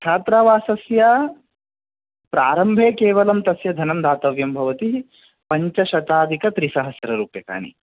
छात्रावासस्य प्रारम्भे केवलं तस्य धनं दातव्यं भवति पञ्चशताधिकत्रिसहस्ररूप्यकाणि